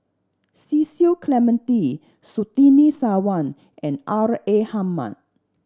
Cecil Clementi Surtini Sarwan and R A Hamid